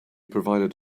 provided